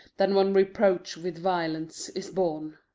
than when reproach with violence is borne.